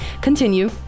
continue